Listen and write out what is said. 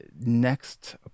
Next